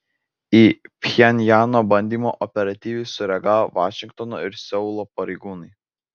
į pchenjano bandymą operatyviai sureagavo vašingtono ir seulo pareigūnai